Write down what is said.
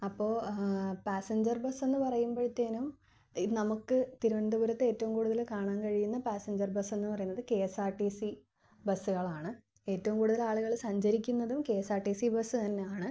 അപ്പോൾ passenger bus എന്ന് പറയുമ്പോഴത്തേക്കും നമുക്ക് തിരുവനന്തപുരത്ത് ഏറ്റവും കൂടുതൽ കാണാൻ കഴിയുന്ന പാസഞ്ചർ ബസ്സെന്ന് പറയുന്നത് K S R T C ബസ്സുകളാണ് ഏറ്റവും കൂടുതൽ ആളുകൾ സഞ്ചരിക്കുന്നതും K S R T C bus തന്നെയാണ്